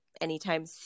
anytime